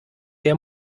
der